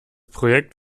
projekt